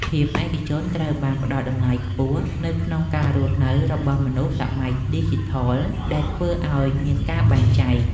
ភាពឯកជនត្រូវបានផ្ដល់តម្លៃខ្ពស់នៅក្នុងការរស់នៅរបស់មនុស្សសម័យឌីជីថលដែលធ្វើឱ្យមានការបែងចែក។